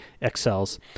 excels